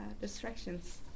distractions